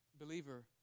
Believer